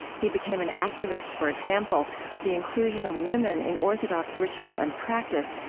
he became an activist for example, of the inclusion of women in orthodox ritual and practice,